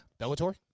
Bellator